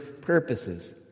purposes